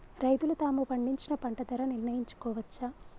రైతులు తాము పండించిన పంట ధర నిర్ణయించుకోవచ్చా?